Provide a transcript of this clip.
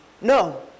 No